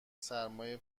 سرمای